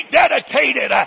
dedicated